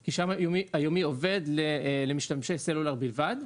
כי שם היומי עובד למשתמשי סלולר בלבד,